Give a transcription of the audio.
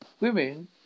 Women